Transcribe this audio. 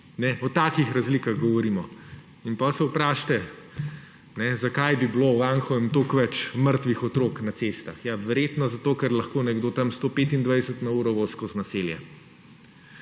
O takih razlikah govorimo! In potem se vprašajte, zakaj bi bilo v Anhovem toliko več mrtvih otrok na cestah. Ja, verjetno zato, ker lahko nekdo tam 125 na uro vozi skozi naselje.